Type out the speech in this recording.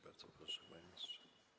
Bardzo proszę, panie ministrze.